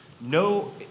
no